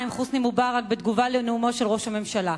חוסני מובארק בתגובה על נאומו של ראש הממשלה.